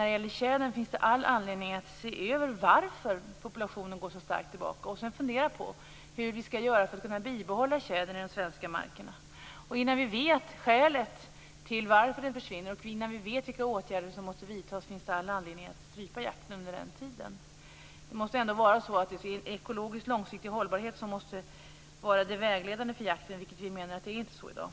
Vi menar att det finns all anledning att se över varför populationen går så starkt tillbaka och sedan fundera på hur vi skall göra för att kunna behålla tjädern i de svenska markerna. Innan vi vet skälen till att den försvinner och vilka åtgärder som måste vidtas, finns det all anledning att strypa jakten under den tiden. Ekologisk långsiktig hållbarhet måste vara vägledande för jakten, och vi menar att det inte är så i dag.